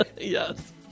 yes